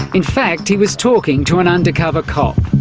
in fact he was talking to an undercover cop.